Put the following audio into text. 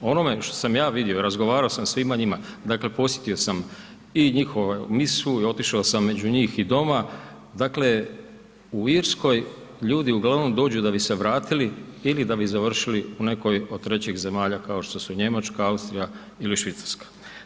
O onome što sam ja vidio i razgovarao sa svima njima, dakle posjetio sam i njihovu misu i otišao sam među njih i doma, dakle u Irskoj ljudi uglavnom dođu da bi se vratili ili da bi završili u nekoj od trećih zemalja kao što su Njemačka, Austrija ili Švicarska.